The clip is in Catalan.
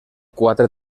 quatre